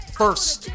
first